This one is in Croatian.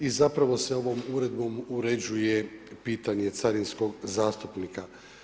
I zapravo se ovom uredbom uređuje pitanje carinskog zastupnika.